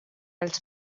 als